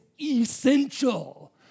essential